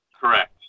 Correct